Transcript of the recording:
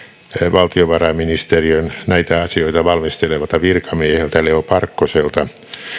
valtiovarainministeriön näitä asioita valmistelevalta virkamieheltä leo parkkoselta